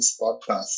podcast